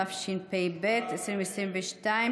התשפ"ב 2022,